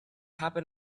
happen